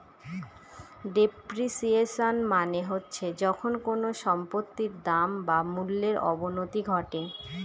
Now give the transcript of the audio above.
depreciation মানে হচ্ছে যখন কোনো সম্পত্তির দাম বা মূল্যর অবনতি ঘটে